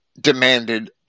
demanded